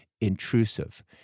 intrusive